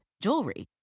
jewelry